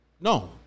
No